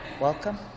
welcome